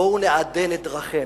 בואו נעדן את דרכינו.